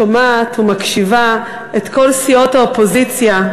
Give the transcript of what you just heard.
שומעת ומקשיבה לכל סיעות האופוזיציה,